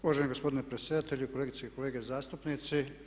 Uvaženi gospodine predsjedatelju, kolegice i kolege zastupnici.